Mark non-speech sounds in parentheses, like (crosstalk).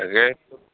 (unintelligible)